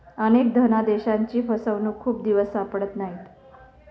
अनेक धनादेशांची फसवणूक खूप दिवस सापडत नाहीत